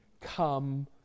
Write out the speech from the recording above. come